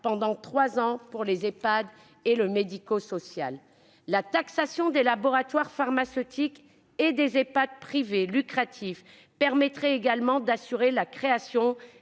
pendant trois ans au profit des Ehpad et du secteur médico-social. La taxation des laboratoires pharmaceutiques et des Ehpad privés lucratifs permettrait également d'assurer la création